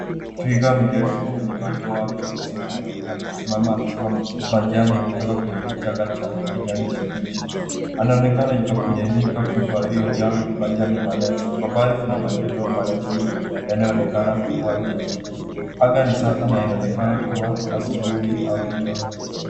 Twiga mrefu mwenye madoa meusi na meupe amesimama akiwa majani kutoka kwenye kichaka Cha kijani kibichi. Anaonekana Yuko kwenye nyika kubwa iliyojaa majani marefu. Kwa mbali kina majengo marefu yanayoonekana kuwa jiji. Anga ni safi na inaonekana kuwa asubuhi au jioni.